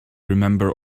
remember